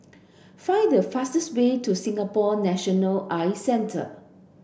find the fastest way to Singapore National Eye Centre